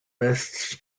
lists